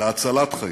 להצלת חיים,